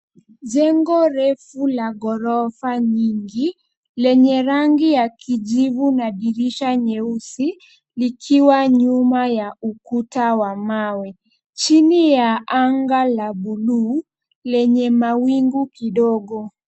Jengo refu la gorofa nyingi, lenye rangi ya kijivu na dirisha nyeusi likiwa nyuma ya ukuta wa mawe. Chini ya anga la bluu lenye mawingu kidogo.